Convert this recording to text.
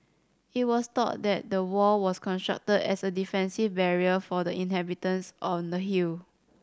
it was thought that the wall was constructed as a defensive barrier for the inhabitants on the hill